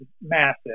massive